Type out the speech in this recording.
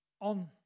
on